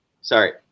sorry